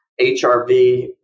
HRV